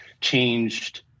changed